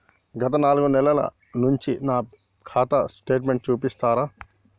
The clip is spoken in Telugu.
గత నాలుగు నెలల నుంచి నా ఖాతా స్టేట్మెంట్ చూపిస్తరా?